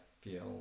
feel